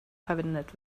verwendet